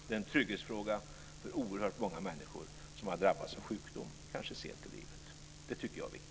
Det är en trygghetsfråga för oerhört många människor som har drabbats av sjukdom - kanske sent i livet. Det tycker jag är viktigt.